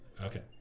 Okay